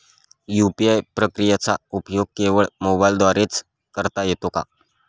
UPI प्रक्रियेचा उपयोग केवळ मोबाईलद्वारे च करता येतो का?